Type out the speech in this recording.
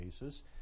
basis